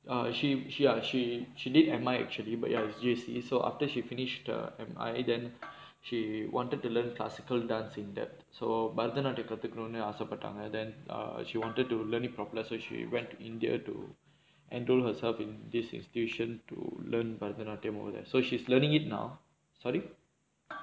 ya she she she she did M_I actually but ya we use it so after she finish the M_I then she wanted to learn classical dance in debt so Bharatanatyam கத்துக்கனுனு ஆசபட்டாங்க:bharathanaatiyam kathukanunu aasapattaanga then she wanted to learn it properly so she went to india to and told herself in this institution to learn but பரதனாட்டியம்:bharathanaatiyam so she's learning it now sorry